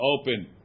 open